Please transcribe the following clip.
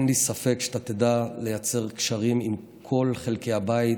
אין לי ספק שאתה תדע לייצר קשרים עם כל חלקי הבית,